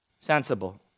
Sensible